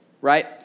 right